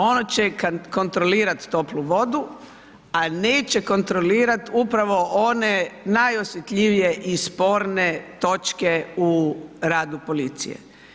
Ono će kontrolirati toplu vodu a neće kontrolirati upravo one najosjetljivije i sporne točke u radu policije.